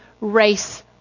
race